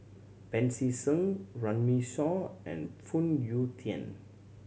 Pancy Seng Runme Shaw and Phoon Yew Tien